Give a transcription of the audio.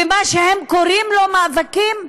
במה שהם קוראים לו מאבקים?